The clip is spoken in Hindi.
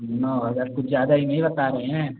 नौ हजार कुछ ज़्यादा ही नहीं बता रहे हैं